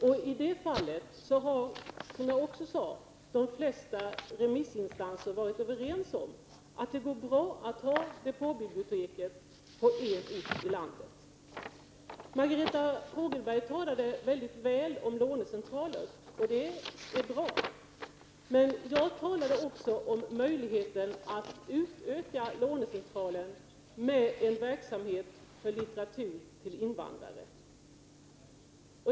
I det fallet har, som jag också sade, de flesta remissinstanser varit överens om att det går bra att ha depåbiblioteket på en ort i landet. Margareta Fogelberg talade väldigt väl om lånecentraler, och det är bra. Men jag talade också om möjligheten att utöka lånecentralerna med en verksamhet för litteratur till invandrare.